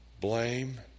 Blame